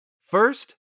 First